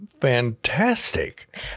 fantastic